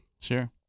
Sure